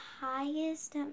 highest